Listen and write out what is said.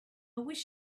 wish